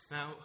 Now